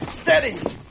Steady